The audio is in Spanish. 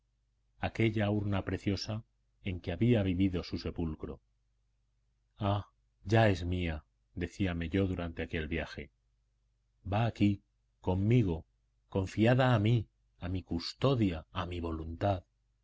aquella urna preciosa en que había vivido su sepulcro ah ya es mía decíame yo durante aquel viaje va aquí conmigo confiada a mí a mi custodia a mi voluntad